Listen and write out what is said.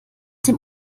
dem